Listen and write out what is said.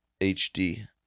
HD